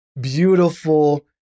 beautiful